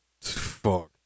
Fuck